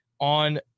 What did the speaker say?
on